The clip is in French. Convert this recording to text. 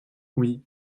oui